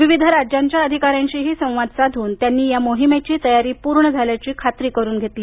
विविध राज्यांच्या अधिकाऱ्यांशी संवाद साधून त्यांनी या मोहिमेची तयारी पूर्ण झाल्याची खातरी करून घेतली